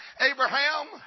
Abraham